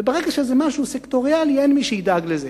ברגע שיש משהו סקטוריאלי, אין מי שידאג לזה.